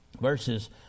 verses